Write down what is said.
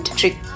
trick